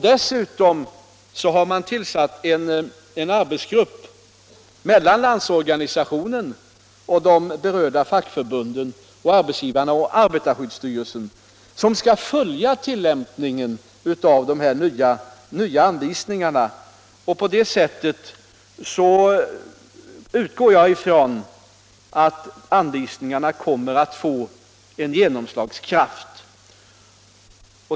Dessutom har man tillsatt en arbetsgrupp mellan Landsorganisationen och de berörda fackförbunden, arbetsgivarna och arbetarskyddsstyrelsen, som skall följa tilllämpningen av de nya anvisningarna. På det sättet utgår jag ifrån att anvisningarna kommer att få en genomslagskraft.